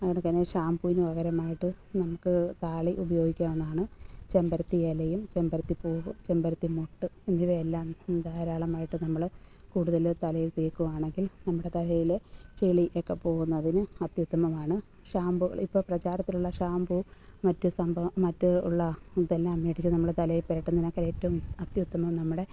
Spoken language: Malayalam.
എടുക്കണ ഷാംപുവിന് പകരമായിട്ട് നമുക്ക് താളി ഉപയോഗിക്കാവുന്നതാണ് ചെമ്പരത്തിയിലയും ചെമ്പരത്തിപ്പൂവും ചെമ്പരത്തിമൊട്ട് എന്നിവയെല്ലാം ധാരാളമായിട്ട് നമ്മൾ കൂടുതൽ തലയിൽ തേക്കുകയാണെങ്കിൽ നമ്മുടെ തലയിലെ ചെളി ഒക്കെ പോകുന്നതിന് അത്യുത്തമമാണ് ഷാമ്പൂകൾ ഇപ്പോൾ പ്രചാരത്തിലുള്ള ഷാമ്പൂ മറ്റു സംഭവം മറ്റുള്ള ഇതെല്ലാം മേടിച്ച് നമ്മൾ തലയിൽ പുരട്ടുന്നതിനേക്കാൾ ഏറ്റവും അത്യുത്തമം നമ്മുടെ